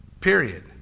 Period